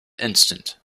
instant